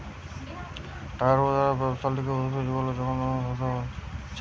টাকা রোজগার আর ব্যবসার লিগে যে উদ্ভিদ গুলা যোগান হতিছে যেমন কফি, চা ইত্যাদি